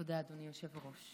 היושב-ראש.